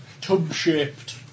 tub-shaped